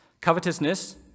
Covetousness